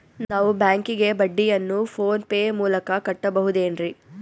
ನಾವು ಬ್ಯಾಂಕಿಗೆ ಬಡ್ಡಿಯನ್ನು ಫೋನ್ ಪೇ ಮೂಲಕ ಕಟ್ಟಬಹುದೇನ್ರಿ?